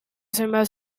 zenbait